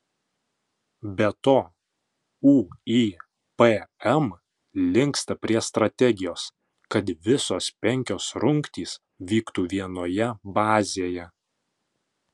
be to uipm linksta prie strategijos kad visos penkios rungtys vyktų vienoje bazėje